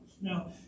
Now